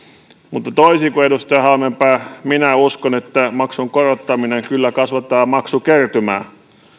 mutta toisin kuin edustaja halmeenpää minä uskon että maksun korottaminen kyllä kasvattaa maksukertymää